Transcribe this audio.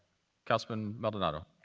councilman maldonado.